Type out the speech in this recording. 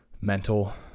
mental